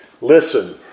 Listen